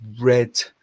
red